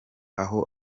aho